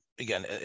Again